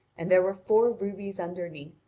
and there were four rubies underneath,